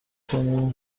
کنیم